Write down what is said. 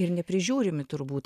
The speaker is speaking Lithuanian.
ir neprižiūrimi turbūt